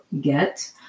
get